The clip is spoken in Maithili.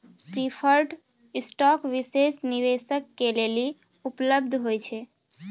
प्रिफर्ड स्टाक विशेष निवेशक के लेली उपलब्ध होय छै